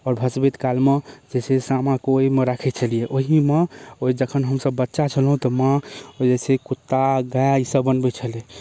आओर भसबैत कालमे से सामा कऽ ओहिमे राखैत छलियै ओहिमे ओ जखनि हमसब बच्चा छलहुँ तऽ माँ ओहिसँ कुत्ता गैआ ई सब बनबैत छलै